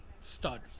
Stud